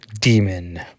Demon